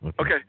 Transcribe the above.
Okay